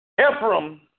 Ephraim